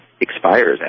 expires